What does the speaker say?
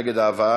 מי נגד העברת